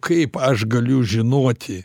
kaip aš galiu žinoti